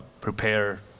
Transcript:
prepare